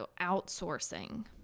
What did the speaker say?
outsourcing